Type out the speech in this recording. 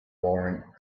warrant